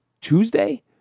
Tuesday